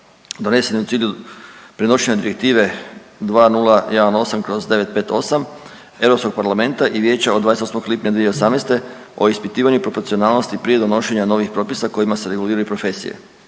donesene u cilju prenošenja Direktive 2018/958 Europskog parlamenta i Vijeća od 28. lipnja 2018. o ispitivanju i proporcionalnosti prije donošenja novih propisa kojima se reguliraju profesije.